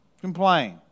Complain